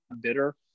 bitter